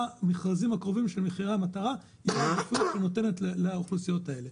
במכרזים הקרובים של מחיר מטרה תינתן עדיפות לאוכלוסיות הללו.